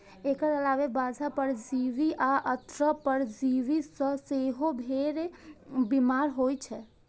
एकर अलावे बाह्य परजीवी आ अंतः परजीवी सं सेहो भेड़ बीमार होइ छै